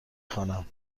خوانم